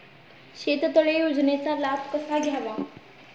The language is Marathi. शेततळे योजनेचा लाभ कसा घ्यावा?